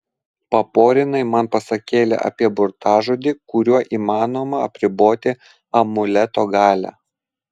paporinai man pasakėlę apie burtažodį kuriuo įmanoma apriboti amuleto galią